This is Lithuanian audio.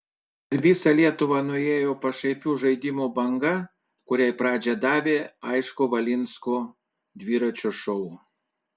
per visą lietuvą nuėjo pašaipių žaidimų banga kuriai pradžią davė aišku valinsko dviračio šou